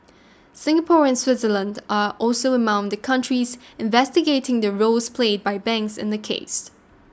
Singapore and Switzerland are also among the countries investigating the roles played by banks in the case